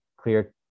clear